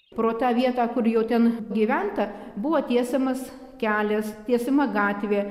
pro tą vietą kur jau ten gyventa buvo tiesiamas kelias tiesiama gatvė